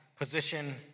position